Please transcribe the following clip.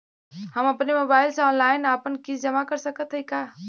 हम अपने मोबाइल से ऑनलाइन आपन किस्त जमा कर सकत हई का?